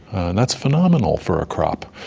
and that's phenomenal for a crop,